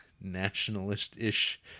nationalist-ish